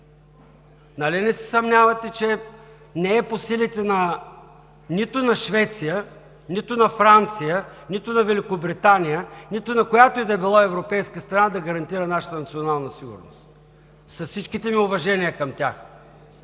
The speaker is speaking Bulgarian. Нали не се съмнявате, че не е по силите нито на Швеция, нито на Франция, нито на Великобритания, нито на която и да е било европейска страна да гарантира нашата национална сигурност с всичките ми уважения към тях?